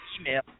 email